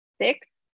Six